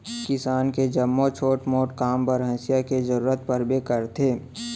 किसानी के जम्मो छोट मोट काम बर हँसिया के जरूरत परबे करथे